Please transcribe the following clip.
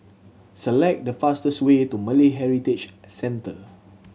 select the fastest way to Malay Heritage Centre